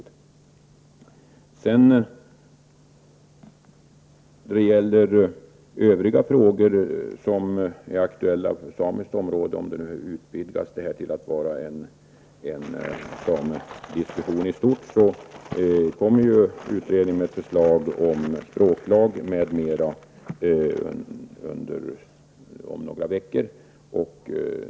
Då det gäller övriga frågor som är aktuella på det samiska området vill jag, om nu diskutionen utvidgas till att vara en samediskussion i stort, säga att den aktuella utredningen om några veckor kommer att lägga fram förslag till en språklag m.m.